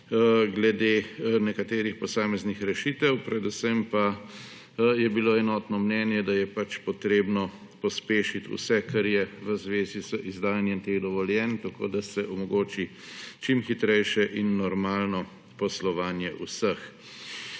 glede nekaterih posameznih rešitev, predvsem pa je bilo enotno mnenje, da je potrebno pospešiti vse, kar je v zvezi z izdajanjem teh dovoljenj, tako da se omogoči čim hitrejše in normalno poslovanje vseh.